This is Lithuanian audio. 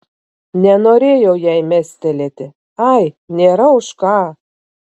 nenorėjo jai mestelėti ai nėra už ką